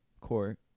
court